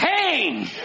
Pain